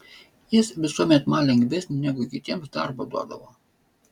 jis visuomet man lengvesnį negu kitiems darbą duodavo